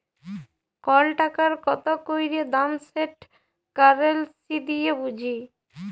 call টাকার কত ক্যইরে দাম সেট কারেলসি দিঁয়ে বুঝি